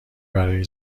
برای